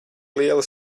liela